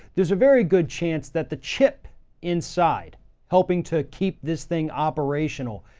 there's a very good chance that the chip inside helping to keep this thing operational,